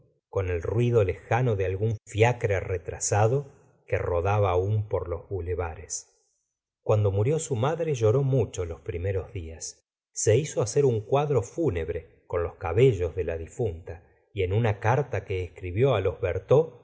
con el ruido lejano de algún fiacre retrasado que rodaba aun por los bulevares cuando murió su madre lloró mucho los primeros días se hizo hacer un cuadro fúnebre con los cabellos de la difunta y en una carta que escribió á